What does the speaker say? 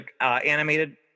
animated